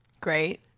Great